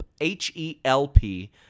H-E-L-P